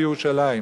בירושלים.